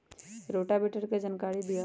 Rotavator के जानकारी दिआउ?